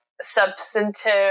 substantive